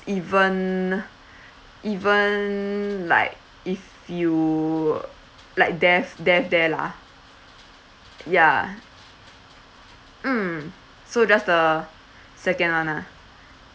even even like if you like death death there lah yeah mm so just the second one ah